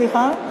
סליחה,